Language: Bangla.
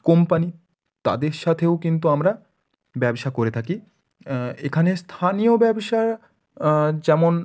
কোম্পানি তাদের সাথেও কিন্তু আমরা ব্যবসা করে থাকি এখানে স্থানীয় ব্যবসা যেমন